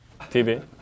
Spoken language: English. TV